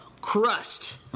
crust